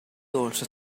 also